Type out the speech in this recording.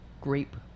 grape